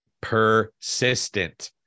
persistent